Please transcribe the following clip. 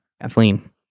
Kathleen